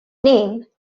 name